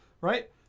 right